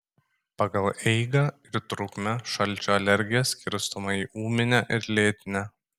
pagal eigą ir trukmę šalčio alergija skirstoma į ūminę ir lėtinę